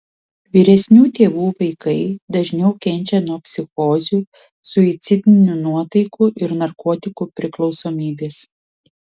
vyresnių tėvų vaikai dažniau kenčia nuo psichozių suicidinių nuotaikų ir narkotikų priklausomybės